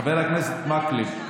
חבר הכנסת מקלב,